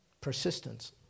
persistence